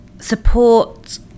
support